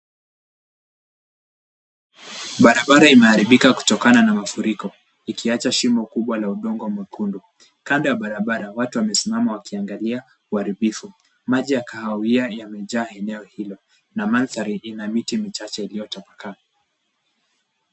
Barabara imeharibika kutokana na mafuriko. Ikiwacha shimo kubwa la udongo mwekundu. Kando ya barabara, watu wamesimama wakiangalia uharibifu. Maji ya kahawia yamejaa eneo hilo, na mandhari ina miti michache iliyotapakaa.